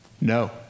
no